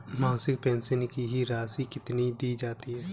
मासिक पेंशन की राशि कितनी दी जाती है?